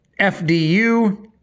FDU